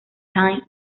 tyne